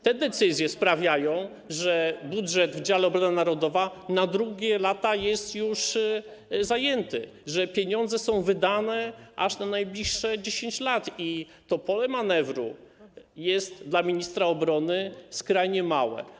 Te decyzję sprawiają, że budżet w dziale: Obrona narodowa na inne lata jest już zajęty, że pieniądze są wydane aż na najbliższe 10 lat i że to pole manewru jest dla ministra obrony skrajnie małe.